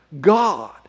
God